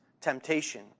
temptation